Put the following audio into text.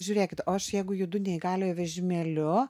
žiūrėkit aš jeigu judu neįgaliojo vežimėliu